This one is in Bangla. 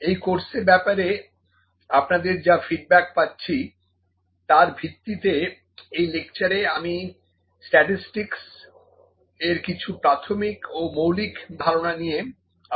এই কোর্সের ব্যাপারে আপনাদের যা ফিডব্যাক পাচ্ছি তার ভিত্তিতে এই লেকচারে আমি স্ট্যাটিসটিকস এর কিছু প্রাথমিক ও মৌলিক ধারণা নিয়ে আলোচনা করবো